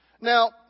Now